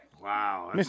Wow